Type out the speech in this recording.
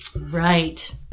Right